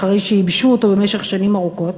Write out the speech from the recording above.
אחרי שייבשו אותו במשך שנים ארוכות,